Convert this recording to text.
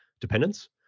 dependence